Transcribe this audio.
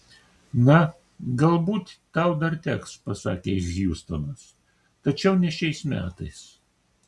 na galbūt tau dar teks pasakė hjustonas tačiau ne šiais metais